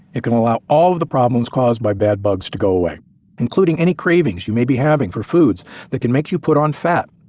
it can allow all of the problems caused by bad bugs to go away including any cravings you may be having for foods that can make you put on fat.